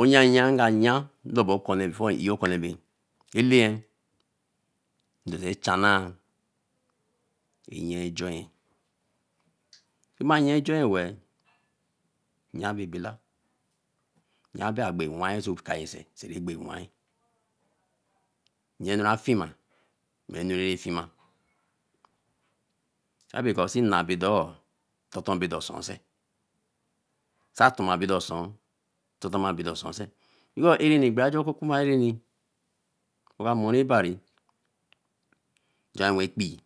Oyanya ga nye dobo okane before ami yi okone be elẽye do re chanãã nye joi ami mãã nya joi we nya be beẽla nya agbe wai so kaye serẽẽ gbe wai nye nno ra fima meẽ enu ra fimo abe ko si nna bã dõõ toton bi do oton se sa to mdo oso toton ãã be do oso se ami ko ãreni oba Je okilku ba ereni áo ka moi ekpi,